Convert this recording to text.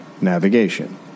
navigation